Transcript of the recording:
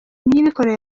niyibikora